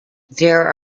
there